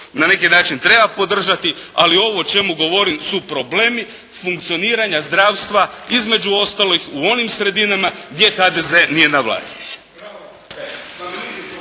na neki način treba podržati ali ovo o čemu govorim su problemi funkcioniranja zdravstva između ostalih u onim sredinama gdje HDZ nije na vlasti.